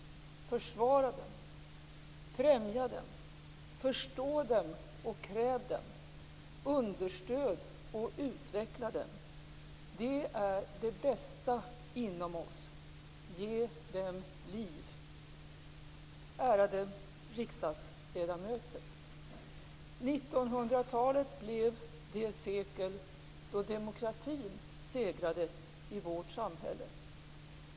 Försvara dem. Främja dem. Förstå dem och kräv dem. Understöd och utveckla dem. De är det bästa inom oss. Ge dem liv." Ärade riksdagsledamöter! 1900-talet blev det sekel då demokratin segrade i vårt samhälle.